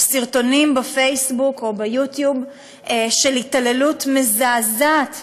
או סרטונים בפייסבוק או ביוטיוב של התעללות מזעזעת